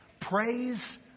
praise